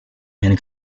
and